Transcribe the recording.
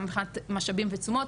גם מבחינת משאבים ותשומות,